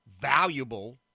valuable